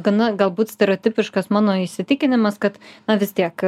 gana galbūt stereotipiškas mano įsitikinimas kad na vis tiek